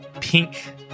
pink